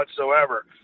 whatsoever